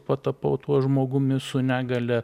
patapau tuo žmogumi su negalia